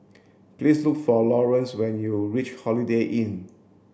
please look for Lawrence when you reach Holiday Inn